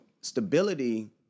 stability